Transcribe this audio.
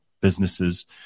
businesses